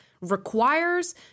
Requires